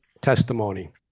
testimony